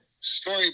story